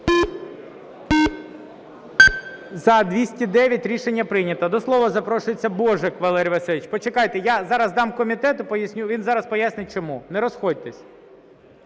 За-209 Рішення прийнято. До слова запрошується Божик Валерій Васильович. Почекайте, я зараз дам комітету, він зараз пояснить, чому. Не розходьтесь.